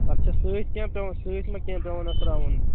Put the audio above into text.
اَتھ چھَ سۭتۍ کیٚنٛہہ پٮ۪وان سۭتۍ ما کیٚنٛہہ پٮ۪وان اَتھ ترٛاوُن